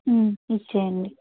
ఇచ్చేయండి